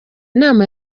nama